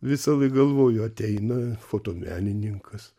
visąlaik galvoju ateina fotomenininkas